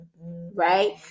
right